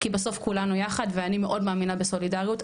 כי בסוף כולנו יחד ואני מאוד מאמינה בסולידריות,